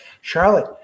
Charlotte